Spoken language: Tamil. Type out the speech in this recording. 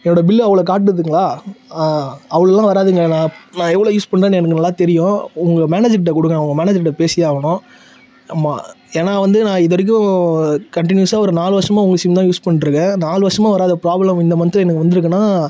என்னோடய பில்லு அவ்வளோ காட்டுதுங்களா அவ்வளோலாம் வராதுங்க நான் நான் எவ்வளோ யூஸ் பண்ணுறேன்னு எனக்கு நல்லா தெரியும் உங்கள் மேனேஜர்ட்ட கொடுங்க நான் உங்கள் மேனேஜருக்கிட்டே பேசியே ஆகணும் ஆமாம் ஏன்னா வந்து நான் இது வரைக்கும் கண்டினியூஸாக ஒரு நாலு வருஷமாக உங்கள் சிம் தான் யூஸ் பண்ணிட்டு இருக்கேன் நாலு வருஷமாக வராத ப்ராப்ளம் இந்த மந்த்து எனக்கு வந்திருக்குனா